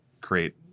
create